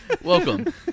Welcome